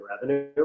revenue